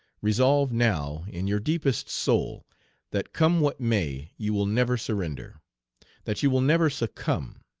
resolve now in your deepest soul that come what may you will never surrender that you will never succumb.